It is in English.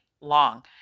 long